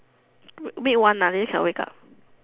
meet one lah later cannot wake up